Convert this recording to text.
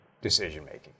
decision-making